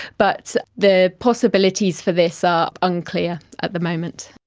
but the possibilities for this are unclear at the moment.